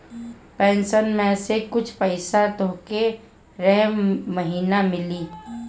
pension में से कुछ पईसा तोहके रह महिना मिली